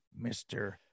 Mr